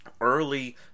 early